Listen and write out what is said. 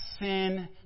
sin